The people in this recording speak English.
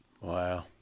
Wow